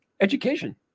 education